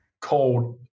cold